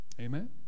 Amen